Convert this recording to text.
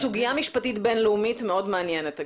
סוגיה משפטית בין-לאומית מאוד מעניינת.